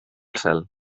cel